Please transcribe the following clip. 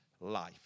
life